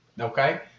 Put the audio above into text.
Okay